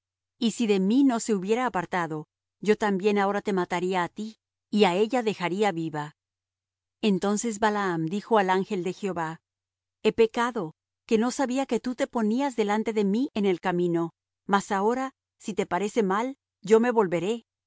y si de mí no se hubiera apartado yo también ahora te mataría á ti y á ella dejaría viva entonces balaam dijo al ángel de jehová he pecado que no sabía que tú te ponías delante de mí en el camino mas ahora si te parece mal yo me volveré